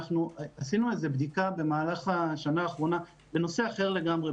עשינו בדיקה במהלך השנה האחרונה בנושא אחר לגמרי,